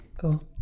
Cool